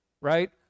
right